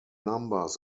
numbers